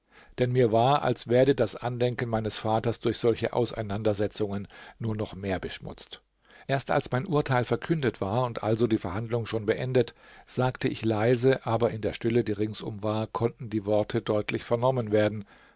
denn mir war als werde das andenken meines vaters durch solche auseinandersetzungen nur noch mehr beschmutzt erst als mein urteil verkündet war und also die verhandlung schon beendet sagte ich leise aber in der stille die ringsum war konnten die worte deutlich vernommen werden